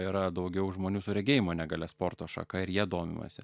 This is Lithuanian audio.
yra daugiau žmonių su regėjimo negalia sporto šaka ir ja domimasi